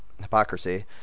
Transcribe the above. hypocrisy